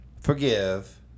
forgive